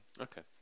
Okay